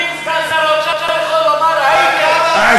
כמה פעמים סגן שר האוצר יכול לומר: הייתם?